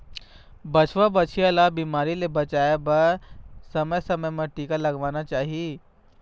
बछवा, बछिया ल बिमारी ले बचाए बर समे समे म टीका लगवाना चाही